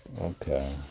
okay